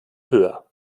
höher